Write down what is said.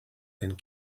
and